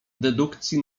dedukcji